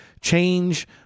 change